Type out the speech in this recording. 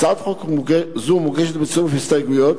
הצעת חוק זו מוגשת בצירוף הסתייגויות,